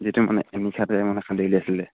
যিটো মানে এনিশাতে মানে খান্দি উলিয়াইছিলে